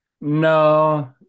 No